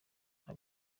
nta